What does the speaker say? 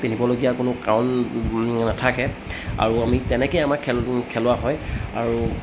পিন্ধিবলগীয়া কোনো কাৰণ নাথাকে আৰু আমি তেনেকেই আমাক খেল খেলোৱা হয় আৰু